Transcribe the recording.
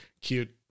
cute